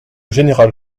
général